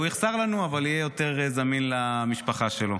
הוא יחסר לנו, אבל יהיה יותר זמין למשפחה שלו.